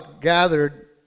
gathered